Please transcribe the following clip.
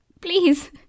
please